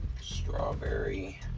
Strawberry